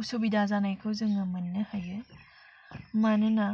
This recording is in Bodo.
असुबिदा जानायखौ जोङो मोननो हायो मानोना